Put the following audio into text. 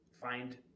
find